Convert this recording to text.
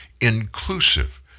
inclusive